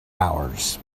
hours